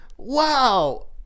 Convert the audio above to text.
wow